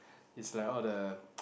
it's like all the